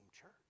church